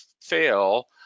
fail